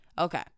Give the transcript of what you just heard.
Okay